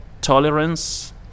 tolerance